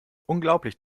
unglaublich